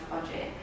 budget